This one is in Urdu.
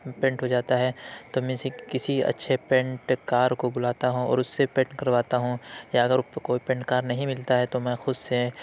پینٹ ہو جاتا ہے تو میں سے کسی اچھے پینٹکار کو بلاتا ہوں اور اُس سے پینٹ کرواتا ہوں یا اگر کوئی پینٹکار نہیں ملتا ہے تو میں خود سے